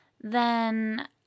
Then